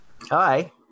Hi